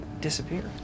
disappear